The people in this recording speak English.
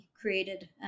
created